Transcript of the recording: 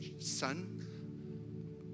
son